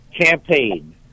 campaign